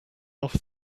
off